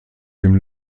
dem